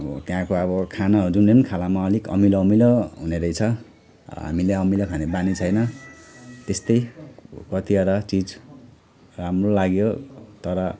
अब त्यहाँको अब खानाहरू खानामा अलिक अमिलो अमिलो हुनेरहेछ हामीलाई अमिलो खाने बानी छैन त्यस्तै कतिवटा चिज राम्रो लाग्यो तर